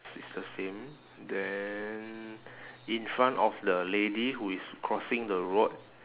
s~ it's the same then in front of the lady who is crossing the road